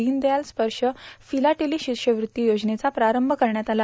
दीनदयाल स्पर्शं फिलाटेली शिष्यवृत्ती योजनेचा प्रारंभ करण्यात आला